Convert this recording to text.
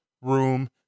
room